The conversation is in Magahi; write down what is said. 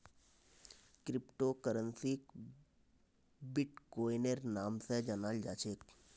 क्रिप्टो करन्सीक बिट्कोइनेर नाम स जानाल जा छेक